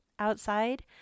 outside